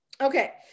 Okay